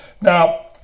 now